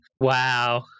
Wow